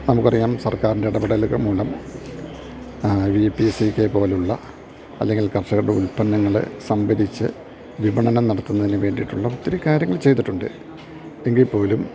നമുക്ക് അറിയാം സർക്കാരിൻ്റെ ഇടപെടലുകൾ മൂലം വിപിസിക്കെ പോലുള്ള അല്ലെങ്കിൽ കർഷകരുടെ ഉൽപ്പന്നങ്ങൾ സംഭരിച്ച് വിപണനം നടത്തുന്നതിന് വേണ്ടിയിട്ടുള്ള ഒത്തിരി കാര്യങ്ങൾ ചെയ്തിട്ടുണ്ട് എങ്കിൽ പോലും